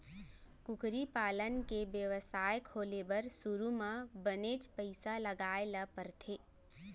कुकरी पालन के बेवसाय खोले बर सुरू म बनेच पइसा लगाए ल परथे